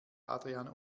adrian